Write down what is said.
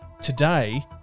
Today